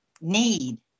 need